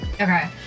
Okay